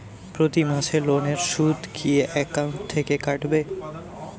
প্রতি মাসে লোনের সুদ কি একাউন্ট থেকে কাটবে?